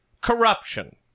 corruption